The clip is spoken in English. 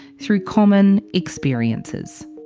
through common experiences.